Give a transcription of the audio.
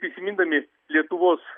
prisimindami lietuvos